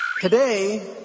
Today